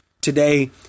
today